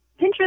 pinterest